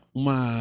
uma